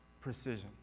precision